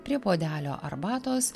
prie puodelio arbatos